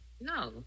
no